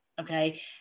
Okay